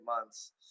months